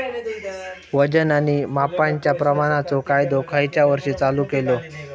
वजन आणि मापांच्या प्रमाणाचो कायदो खयच्या वर्षी चालू केलो?